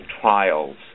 trials